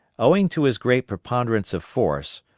owing to his great preponderance of force,